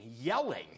yelling